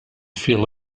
feel